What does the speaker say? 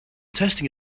testing